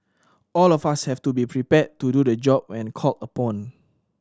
all of us have to be prepared to do the job when called upon